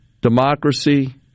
democracy